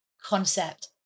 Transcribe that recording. concept